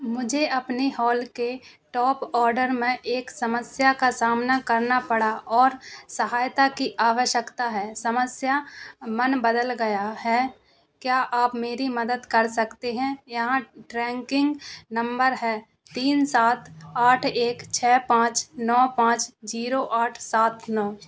मुझे अपने हाल के टॉप ऑर्डर में एक समस्या का सामना करना पड़ा और सहायता कि आवश्यकता है समस्या मन बदल गया है क्या आप मेरी मदद कर सकते हैं यहाँ ट्रैकिंग नंबर है तीन सात आठ एक छः पाँच नौ पाँच जीरो आठ सात नौ